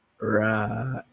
Right